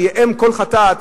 שהיא אם כל חטאת,